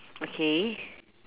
okay